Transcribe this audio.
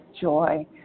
joy